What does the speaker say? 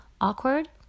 awkward